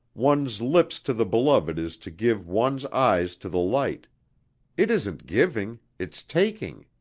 one's lips to the beloved is to give one's eyes to the light it isn't giving, it's taking.